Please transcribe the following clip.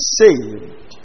saved